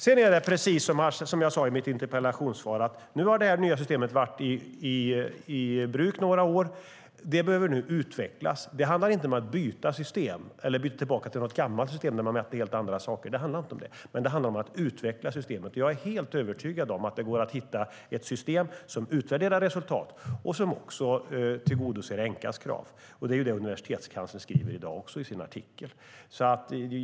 Sedan är det precis som jag sade i mitt interpellationssvar: Nu har det nya systemet varit i bruk i några år. Det behöver nu utvecklas. Det handlar inte om att byta system eller att byta tillbaka till något gammalt system där man mätte helt andra saker. Det handlar i stället om att utveckla systemet. Jag är helt övertygad om att det går att hitta ett system som utvärderar resultat och som även tillgodoser Enqas krav. Det är också det som universitetskanslern skriver i dag i sin artikel.